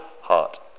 heart